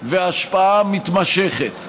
והשפעה מתמשכת.